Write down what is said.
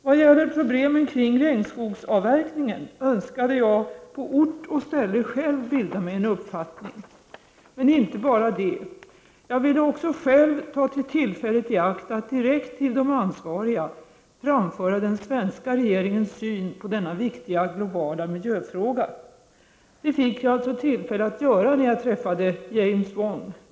Vad gäller problemen kring regnskogsavverkningen, önskade jag på ort och ställe själv bilda mig en uppfattning. Men inte bara det. Jag ville också själv ta tillfället i akt att direkt till de ansvariga framföra den svenska regeringens syn på denna viktiga globala miljöfråga. Det fick jag alltså tillfälle att göra när jag träffade James Wong.